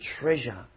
treasure